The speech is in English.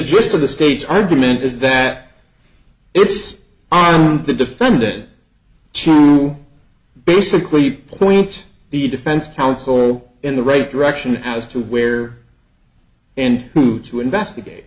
gist of the state's argument is that it's the defendant to basically point the defense counsel in the right direction as to where and who to investigate